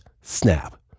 snap